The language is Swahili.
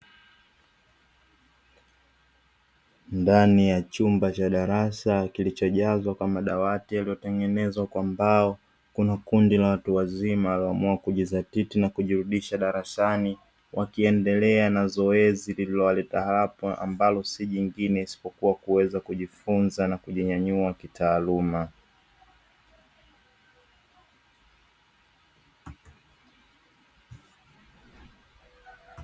Ndani ya chumba cha darasa kilicho jazwa kwa madawati, yaliyo tengenezwa kwa mbao. Kuna kundi la watu wazima, walio amua akujidhatiti na kujirudisha darasani, wakiendelea na zoezi lililowaleta hapa. Ambalo si jingine isipo kuwa, kuweza kujifunzana na kujinyanyua kitaaluma.